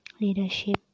leadership